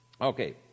Okay